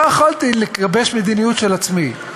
לא יכולתי לגבש מדיניות של עצמי.